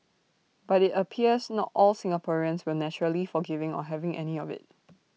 but IT appears not all Singaporeans were naturally forgiving or having any of IT